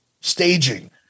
staging